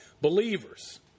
believers